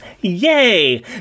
Yay